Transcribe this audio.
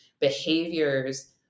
behaviors